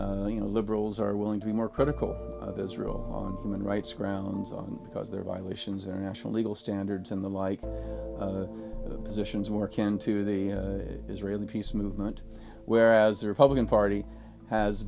party liberals are willing to be more critical of israel human rights grounds on because they're violations and national legal standards and the like zisha is work into the israeli peace movement whereas the republican party has